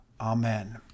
Amen